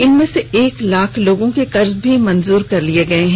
इनमें से एक लाख लोगों के कर्ज भी मंजूर कर दिए गए हैं